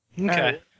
okay